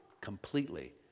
completely